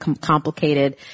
complicated